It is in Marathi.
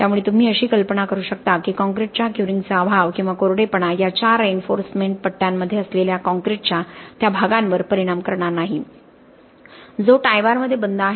त्यामुळे तुम्ही अशी कल्पना करू शकता की काँक्रीटच्या क्युरींगचा अभाव किंवा कोरडेपणा या चार रेन्फोर्समेंट पट्ट्यांमध्ये असलेल्या काँक्रीटच्या त्या भागावर परिणाम करणार नाही जो टाय बारमध्ये बंद आहे